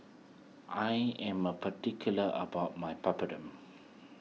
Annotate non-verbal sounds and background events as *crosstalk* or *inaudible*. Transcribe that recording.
I am a particular about my Papadum *noise*